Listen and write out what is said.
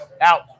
out